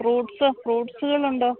fruits ഫ്രൂട്ട്സുകൾ ഉണ്ടോ